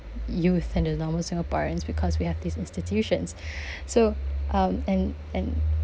youth and the normal singaporeans because we have these institutions so um and and